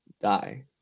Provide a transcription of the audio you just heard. die